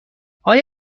آیا